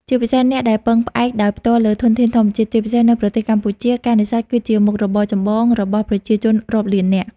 ជាពិសេសអ្នកដែលពឹងផ្អែកដោយផ្ទាល់លើធនធានធម្មជាតិ ជាពិសេសនៅប្រទេសកម្ពុជា ការនេសាទគឺជាមុខរបរចម្បងរបស់ប្រជាជនរាប់លាននាក់។